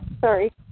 Sorry